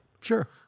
Sure